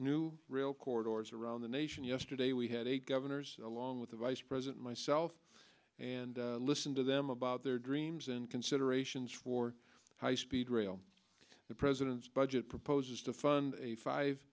new rail corridors around the nation yesterday we had eight governors along with the vice president myself and listen to them about their dreams and considerations for high speed rail the president's budget proposes to fund a five